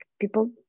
people